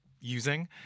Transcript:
using